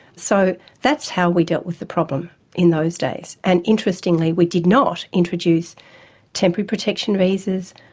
so that's how we dealt with the problem in those days and, interestingly, we did not introduce temporary protection visas,